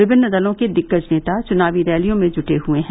विभिन्न दलों के दिग्गज नेता चनावी रैलियों में जुटे हए हैं